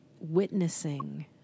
witnessing